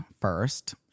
first